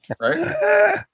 right